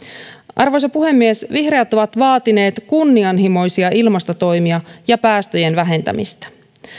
arvoisa puhemies vihreät ovat vaatineet kunnianhimoisia ilmastotoimia ja päästöjen vähentämistä